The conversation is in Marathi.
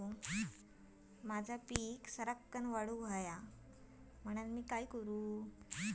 माझी पीक सराक्कन वाढूक मी काय करू?